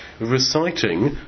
reciting